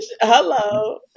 Hello